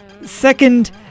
Second